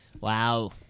Wow